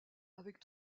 avec